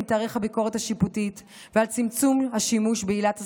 תיערך הביקורת השיפוטית ועל צמצום השימוש בעילת הסבירות,